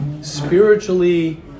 spiritually